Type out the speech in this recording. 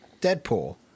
Deadpool